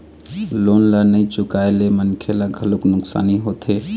loan ल नइ चुकाए ले मनखे ल घलोक नुकसानी होथे